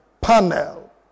panel